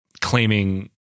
claiming